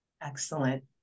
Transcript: Excellent